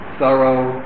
thorough